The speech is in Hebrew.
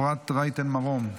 חברת הכנסת אפרת רייטן מרום,